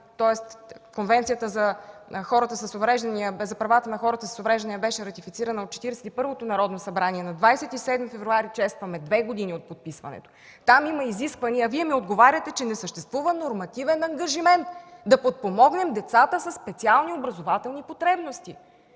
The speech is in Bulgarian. откакто Конвенцията за правата на хората с увреждания беше ратифицирана от Четиридесет и първото Народно събрание. На 27 февруари честваме две години от подписването. Там има изисквания, а Вие ми отговаряте, че не съществува нормативен ангажимент да подпомогнем децата със специални образователни потребности.